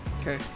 Okay